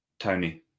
Tony